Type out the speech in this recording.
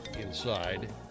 inside